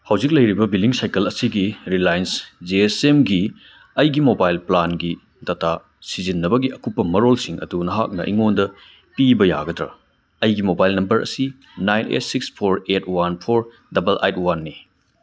ꯍꯧꯖꯤꯛ ꯂꯩꯔꯤꯕ billing cycle ꯑꯁꯤꯒꯤ ꯔꯤꯂꯥꯏꯟꯁ ꯖꯤ ꯑꯦꯁ ꯑꯦꯝꯒꯤ ꯑꯩꯒꯤ ꯃꯣꯕꯥꯏꯜ ꯄ꯭ꯂꯥꯟꯒꯤ ꯗꯇꯥ ꯁꯤꯖꯤꯟꯅꯕꯒꯤ ꯑꯀꯨꯞꯄ ꯃꯔꯣꯜꯁꯤꯡ ꯑꯗꯨ ꯅꯍꯥꯛꯅ ꯑꯩꯉꯣꯟꯗ ꯄꯤꯕ ꯌꯥꯒꯗ꯭ꯔ ꯑꯩꯒꯤ ꯃꯣꯕꯥꯏꯜ ꯅꯝꯕꯔ ꯑꯁꯤ nine eight six four eight one four double eight ꯋꯥꯟꯅꯤ